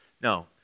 No